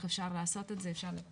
אפשר לבקש מהם.